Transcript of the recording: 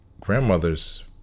grandmother's